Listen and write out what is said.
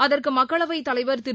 அதற்குமக்களவைத் தலைவர் திரு